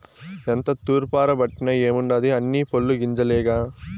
ఎంత తూర్పారబట్టిన ఏముండాది అన్నీ పొల్లు గింజలేగా